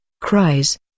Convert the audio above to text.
cries